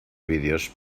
vídeos